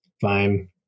Fine